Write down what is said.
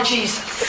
Jesus